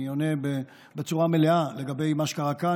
אני עונה בצורה מלאה לגבי מה שקרה כאן.